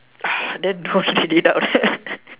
then don't read out